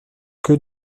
que